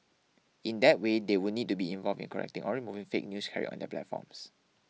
in that way they would need to be involved in correcting or removing fake news carried on their platforms